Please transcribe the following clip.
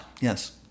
yes